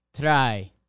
try